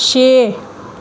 ਛੇ